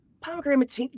Pomegranate